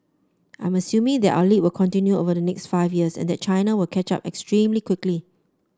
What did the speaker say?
I'm assuming that our lead will continue over the next five years and that China will catch up extremely quickly